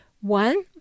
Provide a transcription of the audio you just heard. One